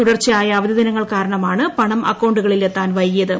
തുടർച്ചയായ അവധിദിനങ്ങൾ കാരണമാണ് പണം അക്കൌണ്ടുകളിൽ എത്താൻ വൈകിയത്